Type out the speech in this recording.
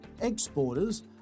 Exporters